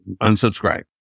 unsubscribe